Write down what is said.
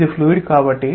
ఇది ఫ్లూయిడ్ కాబట్టి